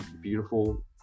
beautiful